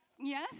Yes